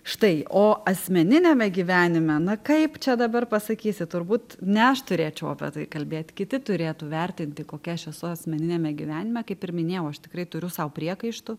štai o asmeniniame gyvenime na kaip čia dabar pasakysi turbūt ne aš turėčiau apie tai kalbėt kiti turėtų vertinti kokia aš esu asmeniniame gyvenime kaip ir minėjau aš tikrai turiu sau priekaištų